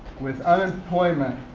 with unemployment,